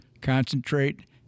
concentrate